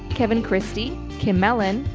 kevin christie, kim mellon,